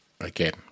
Again